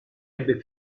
ebbe